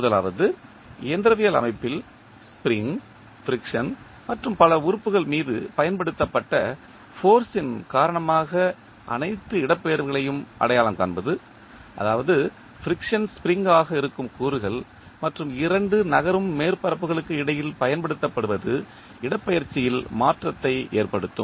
முதலாவது இயந்திரவியல் அமைப்பில் ஸ்ப்ரிங் ஃபிரிக்சன் மற்றும் பல உறுப்புகள் மீது பயன்படுத்தப்பட்ட ஃபோர்ஸ்ன் காரணமாக அனைத்து இடப்பெயர்வுகளையும் அடையாளம் காண்பது அதாவது ஃபிரிக்சன் ஸ்ப்ரிங் ஆக இருக்கும் கூறுகள் மற்றும் இரண்டு நகரும் மேற்பரப்புகளுக்கு இடையில் பயன்படுத்தப்படுவது இடப்பெயர்ச்சியில் மாற்றத்தை ஏற்படுத்தும்